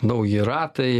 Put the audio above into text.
nauji ratai